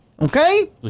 Okay